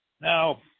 Now